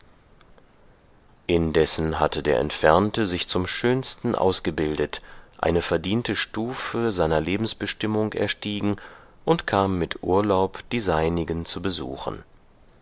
indessen hatte der entfernte sich zum schönsten ausgebildet eine verdiente stufe seiner lebensbestimmung erstiegen und kam mit urlaub die seinigen zu besuchen